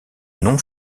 non